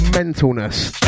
Mentalness